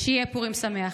שיהיה פורים שמח.